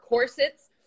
corsets